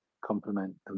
complement